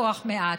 כוח מועט.